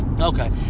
Okay